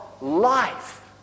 life